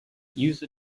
user